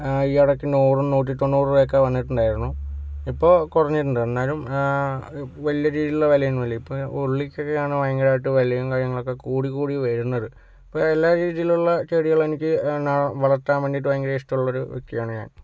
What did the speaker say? ഈ ഇടയ്ക്ക് നൂറും നൂറ്റി തൊണ്ണൂറ് രൂപയൊക്കെ വന്നിട്ട്ണ്ടായിരുന്നു ഇപ്പോൾ കുറഞ്ഞിട്ടുണ്ട് എന്നാലും വലിയ രീതിയിലുള്ള വിലയൊന്നുമില്ല ഇപ്പോൾ ഉള്ളിക്കൊക്കെയാണ് ഭയങ്കരായിട്ട് വിലയും കാര്യങ്ങളൊക്കെ കൂടിക്കൂടി വരുന്നത് ഇപ്പോൾ എല്ലാ രീതിയിലുള്ള ചെടികളും എനിക്ക് പിന്നെ വളർത്താൻ വേണ്ടീട്ട് ഭയങ്കര ഇഷ്ട്ടള്ളൊരു വ്യക്തിയാണ് ഞാൻ